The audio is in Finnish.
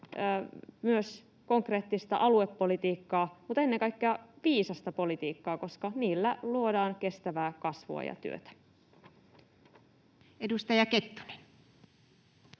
myös konkreettista aluepolitiikkaa, mutta ennen kaikkea viisasta politiikkaa, koska niillä luodaan kestävää kasvua ja työtä. [Speech